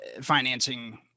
financing